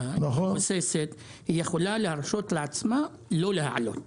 ומבוססת ויכולה להרשות לעצמה לא להעלות.